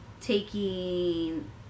taking